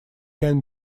can